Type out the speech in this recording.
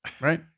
Right